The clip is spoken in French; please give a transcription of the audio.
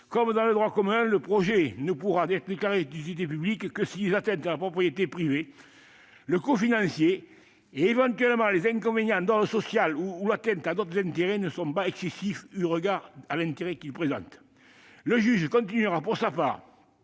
Comme dans le droit commun, le projet ne pourra être déclaré d'utilité publique que si les atteintes à la propriété privée, le coût financier et, éventuellement, les inconvénients d'ordre social ou l'atteinte à d'autres intérêts ne sont pas excessifs eu égard à l'intérêt qu'il présente. Le juge continuera pour sa part